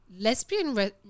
lesbian